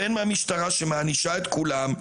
והן מהמשטרה שמענישה את כולם,